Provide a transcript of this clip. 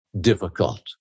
difficult